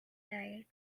died